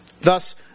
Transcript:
Thus